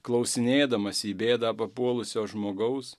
klausinėdamas į bėdą papuolusio žmogaus